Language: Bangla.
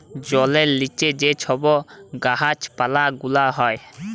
জলের লিচে যে ছব গাহাচ পালা গুলা হ্যয়